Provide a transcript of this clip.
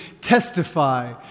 testify